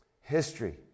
History